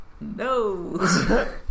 no